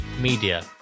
media